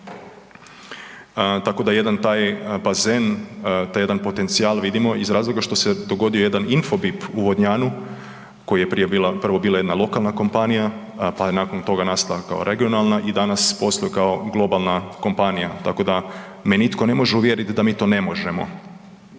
Tako da taj jedna bazen, taj jedan potencijal vidimo iz razloga što se dogodio jedan Infobip u Vodnjanju koja je prvo bila jedna lokalna kompanija pa je nakon toga nastala kao regionalna i danas posluje kao globalna kompanija, tako da me nitko ne može uvjeriti da mi to ne možemo.